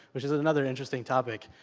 which is another interesting topic.